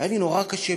היה לי נורא קשה,